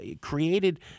created